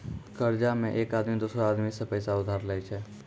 कर्जा मे एक आदमी दोसरो आदमी सं पैसा उधार लेय छै